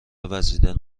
وزیدنه